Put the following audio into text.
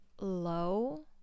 low